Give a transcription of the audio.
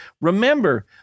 remember